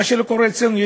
מה שלא קורה אצלנו.